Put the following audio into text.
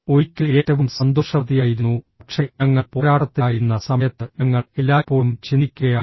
ഒരിക്കൽ ഏറ്റവും സന്തോഷവതിയായിരുന്നു പക്ഷേ ഞങ്ങൾ പോരാട്ടത്തിലായിരുന്ന സമയത്ത് ഞങ്ങൾ എല്ലായ്പ്പോഴും ചിന്തിക്കുകയായിരുന്നു